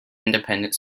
independent